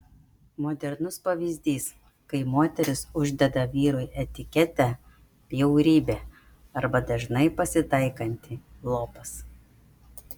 modernus pavyzdys kai moteris uždeda vyrui etiketę bjaurybė arba dažnai pasitaikantį lopas